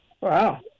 Wow